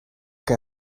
que